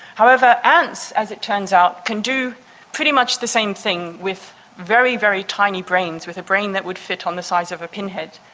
however, ants, as it turn out, can do pretty much the same thing with very, very tiny brains, with a brain that would fit on the size of a pinhead.